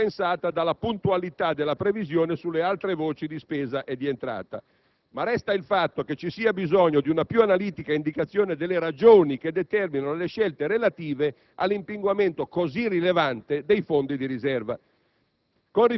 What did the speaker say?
viene compensata dalla puntualità delle previsioni sulle altre voci di spesa e di entrata. Ma resta il fatto che ci sia bisogno di una più analitica indicazione delle ragioni che determinano le scelte relative all'impinguamento così rilevante dei fondi di riserva.